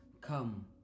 come